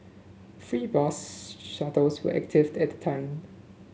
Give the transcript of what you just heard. free bus shuttles were activated at the time